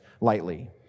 lightly